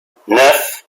neuf